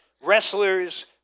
wrestlers